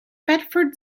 bedford